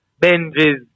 Benji's